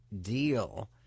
deal